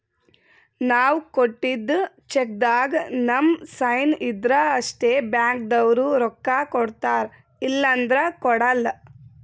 ನಾವ್ ಕೊಟ್ಟಿದ್ದ್ ಚೆಕ್ಕ್ದಾಗ್ ನಮ್ ಸೈನ್ ಇದ್ರ್ ಅಷ್ಟೇ ಬ್ಯಾಂಕ್ದವ್ರು ರೊಕ್ಕಾ ಕೊಡ್ತಾರ ಇಲ್ಲಂದ್ರ ಕೊಡಲ್ಲ